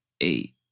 eight